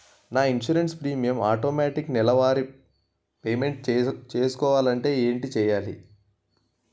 నా insurance premium automatic నెలవారి payment చేసుకోవాలంటే ఏంటి చేయాలి?